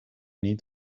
niet